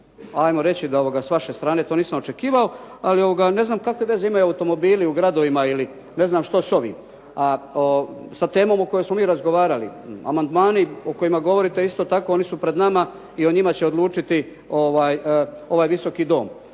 ajmo reći da s vaše strane to nisam očekivao, ali ne znam kakve veze imaju automobili u gradovima ili ne znam što sa ovim, sa temom o kojoj smo mi razgovarali. Amandmani o kojima govorite, isto tako oni su pred nama i o njima će odlučiti ovaj Visoki dom.